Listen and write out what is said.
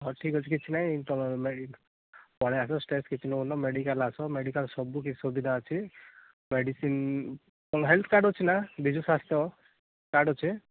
ହଉ ଠିକ୍ ଅଛି କିଛି ନାହିଁ ତୁମେ ମେଡ଼ି ପଳାଇ ଆସ ଷ୍ଟ୍ରେ କିଛି ନେଉନ ମେଡ଼ିକାଲ୍ ଆସ ମେଡ଼ିକାଲ୍ ସବୁକିଛି ସୁବିଧା ଅଛି ମେଡ଼ିସିନ୍ ତୁମ ହେଲ୍ଥ୍ କାର୍ଡ଼୍ ଅଛି ନା ବିଜୁ ସ୍ୱାସ୍ଥ୍ୟ କାର୍ଡ଼୍ ଅଛି